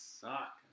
suck